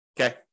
Okay